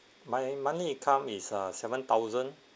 my monthly income is ah seven thousand